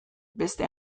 beste